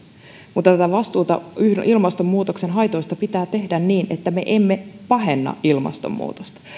mutta tätä vastuuta ilmastonmuutoksen haitoista pitää tehdä niin että me emme pahenna ilmastonmuutosta